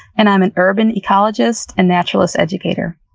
and i'm an urban ecologist and naturalist educator.